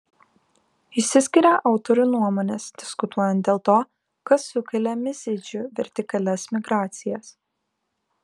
išsiskiria autorių nuomonės diskutuojant dėl to kas sukelia mizidžių vertikalias migracijas